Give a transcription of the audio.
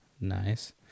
nice